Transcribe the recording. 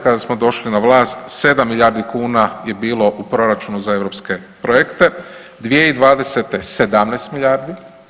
Kada smo došli na vlast 7 milijardi kuna je bilo u proračunu za europske projekte, 2020. 17 milijardi.